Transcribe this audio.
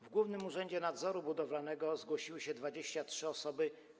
Do Głównego Urzędu Nadzoru Budowlanego zgłosiły się 23 osoby.